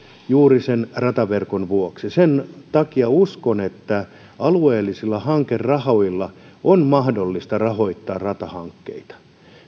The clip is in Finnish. juuri sen rataverkon vuoksi sen takia uskon että alueellisilla hankerahoilla on mahdollista rahoittaa ratahankkeita